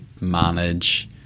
manage